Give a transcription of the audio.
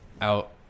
out